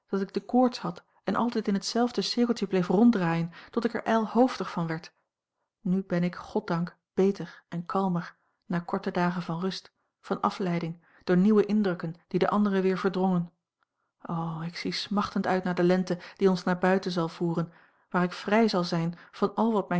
dat ik de koorts had en altijd in hetzelfde cirkeltje bleef ronddraaien tot ik er ijlhoofdig van werd nu ben ik goddank beter en kalmer na korte dagen van rust van afleiding door nieuwe indrukken die de andere weer verdrongen o ik zie smachtend uit naar de lente die ons naar buiten zal voeren waar ik vrij zal zijn van al wat